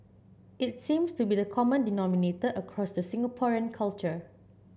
it seems to be the common denominator across the Singaporean culture